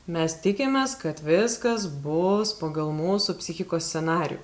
mes tikimės kad viskas bus pagal mūsų psichikos scenarijų